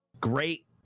great